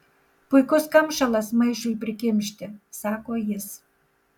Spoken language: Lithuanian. puikus kamšalas maišui prikimšti sako jis